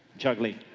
juggling.